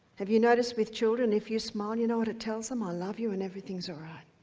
have you noticed with children if you smile you know what it tells them? i love you and everything's all right.